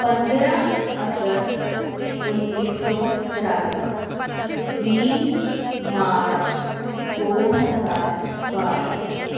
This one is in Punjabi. ਪੰਦਰਾਂ ਅਗਸਤ ਉੱਨੀ ਸੌ ਚਾਲੀ ਵੀਹ ਮਾਰਚ ਦੋ ਹਜ਼ਾਰ ਬਾਰਾਂ